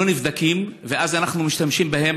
שלא נבדקים, ואז אנחנו משתמשים בהם.